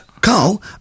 Carl